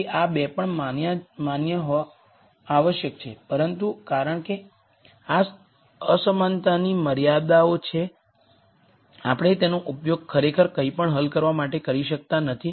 તેથી આ 2 પણ માન્ય હોવું આવશ્યક છે પરંતુ કારણ કે આ અસમાનતાની મર્યાદાઓ છે આપણે તેનો ઉપયોગ ખરેખર કંઈપણ હલ કરવા માટે કરી શકતા નથી